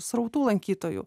srautų lankytojų